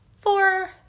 four